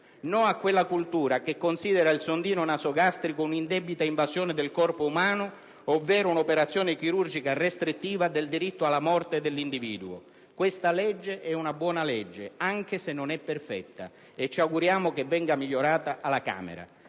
No a quella cultura che considera il sondino nasogastrico un'indebita invasione del corpo umano, ovvero un'operazione chirurgica restrittiva del diritto alla morte dell'individuo. Questa legge è una buona legge, anche se non è perfetta, e ci auguriamo che venga migliorata alla Camera.